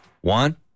One